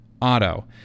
Auto